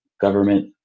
government